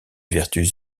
vertus